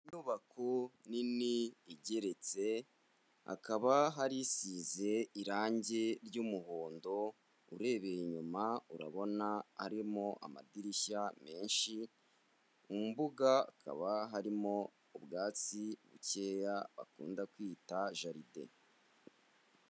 Inyubako nini igeretse hakaba hari isize irangi ry'umuhondo urebeye inyuma urabona harimo amadirishya menshi, mu mbuga hakaba harimo ubwatsi bukeya bakunda kwita jaride.